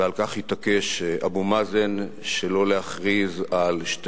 ועל כך התעקש אבו מאזן שלא להכריז על שתי